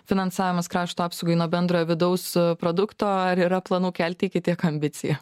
finansavimas krašto apsaugai nuo bendrojo vidaus produkto ar yra planų kelti iki tiek ambiciją